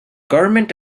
government